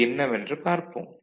அவை என்னவென்று பார்ப்போம்